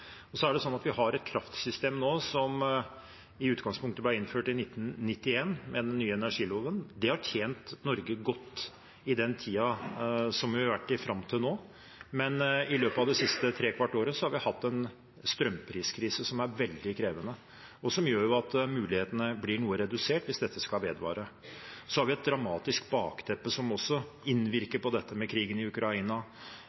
Vi har nå et kraftsystem som i utgangspunktet ble innført i 1991, med den nye energiloven. Det har tjent Norge godt i den tiden vi har vært i fram til nå, men i løpet av det siste trekvart året har vi hatt en strømpriskrise som er veldig krevende, og som gjør at mulighetene blir noe redusert hvis dette skal vedvare. Så har vi et dramatisk bakteppe som også